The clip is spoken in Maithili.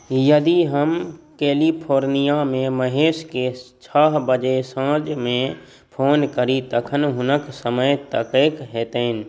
यदि हम कैलिफोर्निआमे महेशके छओ बजे साँझमे फोन करी तखन हुनक समय कतेक हेतनि